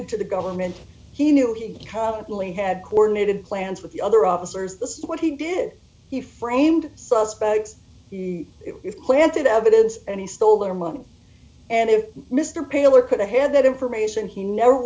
into the government he knew he constantly had coordinated plans with the other officers the see what he did he framed suspects he planted evidence and he stole their money and if mr paler coulda had that information he never